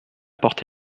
porte